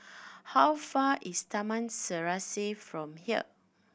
how far is Taman Serasi from here